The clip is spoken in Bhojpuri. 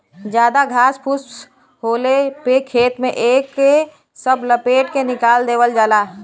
जादा घास फूस होले पे खेत में एके सब लपेट के निकाल देवल जाला